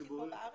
ציבורי.